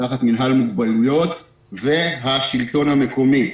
תחת מינהל מוגבלויות והשלטון המקומי,